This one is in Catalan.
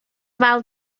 val